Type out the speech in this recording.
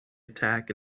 attack